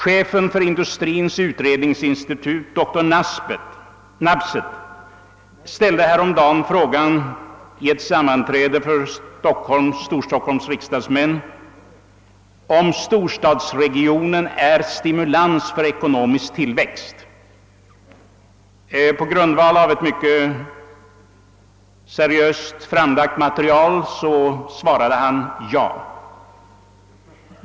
Chefen för Industriens Utredningsinstitut, doktor Lars Nabseth, ställde häromdagen frågan vid ett sammanträde med Storstockholms riksdagsmän: Är storstadsregionen en stimulans för ekonomisk tillväxt? På grundval av ett mycket seriöst material svarade han ja.